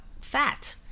fat